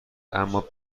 اما